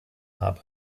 habe